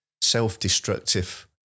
self-destructive